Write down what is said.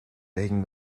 begging